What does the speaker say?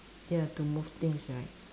ya to move things right